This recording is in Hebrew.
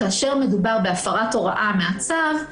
כאשר מדובר בהפרת הוראה מהצו,